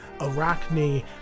Arachne